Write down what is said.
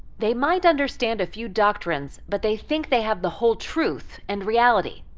they might understand a few doctrines, but they think they have the whole truth and reality.